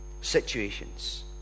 situations